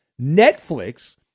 Netflix